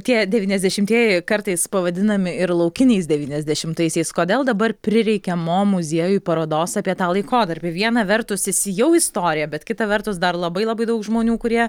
tie devyniasdešimtieji kartais pavadinami ir laukiniais devyniasdešimtaisiais kodėl dabar prireikia mo muziejui parodos apie tą laikotarpį viena vertus jis jau istorija bet kita vertus dar labai labai daug žmonių kurie